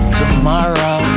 tomorrow